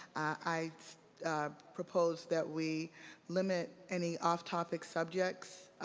i propose that we limited any off topic subjects